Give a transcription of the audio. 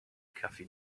cafe